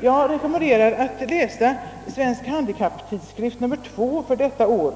Jag rekommenderar honom att läsa Svensk Handikapptidskrift nr 2 för detta år.